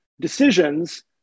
decisions